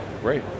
Great